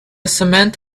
cement